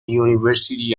university